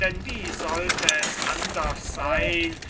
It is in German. denn wie sollte es anders sein